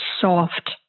soft